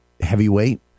heavyweight